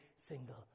single